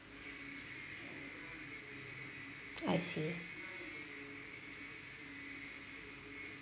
I see